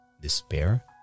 despair